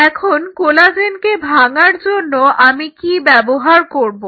এখন কোলাজেনকে ভাঙার জন্য আমি কি ব্যবহার করবো